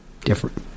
different